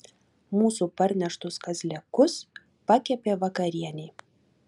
mūsų parneštus kazlėkus pakepė vakarienei